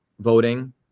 voting